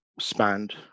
spanned